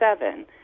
seven